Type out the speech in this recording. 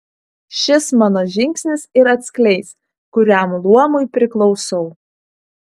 šis mano žingsnis ir atskleis kuriam luomui priklausau